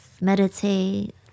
meditate